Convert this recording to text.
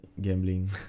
Gambling